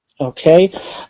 Okay